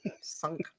sunk